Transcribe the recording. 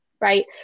right